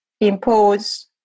impose